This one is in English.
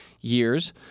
years